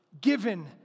given